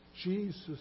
Jesus